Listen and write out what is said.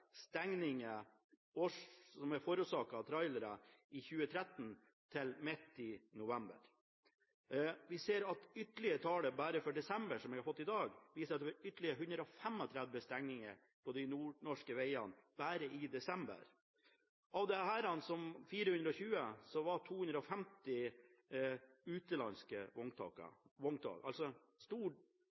av trailere i 2013, fram til midten av november. Og tallet for desember, som jeg har fått i dag, viser at det var ytterligere 135 stengninger på de nordnorske vegene bare i desember. Av disse 420 var 250 utenlandske vogntog, så trailere fra utlandet forårsaket altså